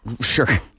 Sure